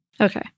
Okay